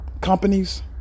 companies